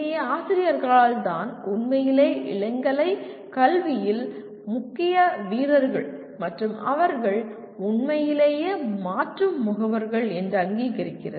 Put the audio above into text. ஏ ஆசிரியர்கள்தான் உண்மையிலேயே இளங்கலை கல்வியில் முக்கிய வீரர்கள் மற்றும் அவர்கள் உண்மையிலேயே மாற்றும் முகவர்கள் என்று அங்கீகரிக்கிறது